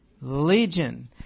legion